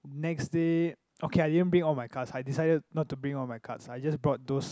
next day okay I didn't bring all my cards I decided not to bring all my cards I just brought those